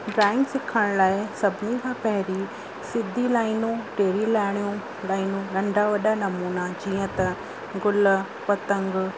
drawing सिखण लाइ सभिनी खां पहिरीं सिधी लाइनूं टेड़ी लाइणू लाइनूं नंढा वॾा नमूना जीअं त गुल पतंॻ